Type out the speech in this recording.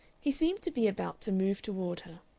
he seemed to be about to move toward her.